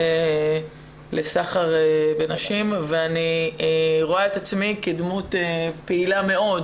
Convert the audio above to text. לסחר בנשים ואני רואה את עצמי כדמות פעילה מאוד